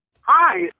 Hi